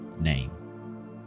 name